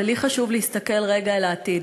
ולי חשוב להסתכל רגע אל העתיד,